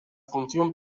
función